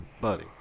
buddy